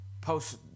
post